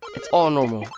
it's all normal,